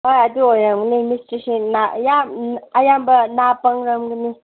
ꯑꯥ ꯑꯗꯨ ꯑꯣꯏꯔꯝꯒꯅꯤ ꯃꯤꯁꯇ꯭ꯔꯤꯁꯦ ꯌꯥꯝ ꯑꯌꯥꯝꯕ ꯅꯥ ꯄꯪꯂꯝꯒꯅꯤ